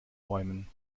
bäumen